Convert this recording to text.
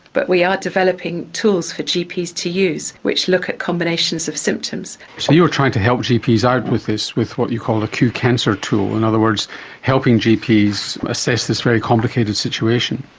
but we are developing tools for gps to use which look at combinations of symptoms. so you are trying to help gps out with this, with what you call ah a qcancer tool, in other words helping gps assess this very complicated situation.